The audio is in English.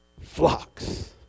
flocks